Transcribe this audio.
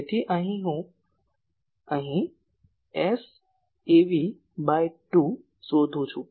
તેથી અહીં હું અહીં Sav બાય 2 શોધું છું